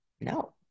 No